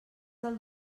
del